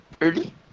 early